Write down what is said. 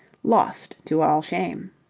lost to all shame.